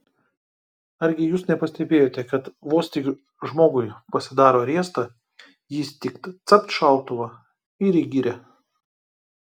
argi jūs nepastebėjote kad vos tik žmogui pasidaro riesta jis tik capt šautuvą ir į girią